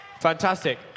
Fantastic